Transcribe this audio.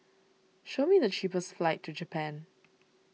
show me the cheapest flights to Japan